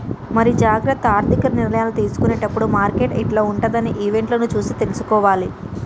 మరి జాగ్రత్త ఆర్థిక నిర్ణయాలు తీసుకునేటప్పుడు మార్కెట్ యిట్ల ఉంటదని ఈవెంట్లను చూసి తీసుకోవాలి